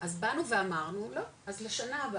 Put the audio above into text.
אז באנו ואמרנו, לא, אז לשנה הבאה,